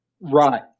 Right